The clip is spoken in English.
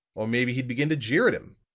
or maybe he'd begin to jeer at him.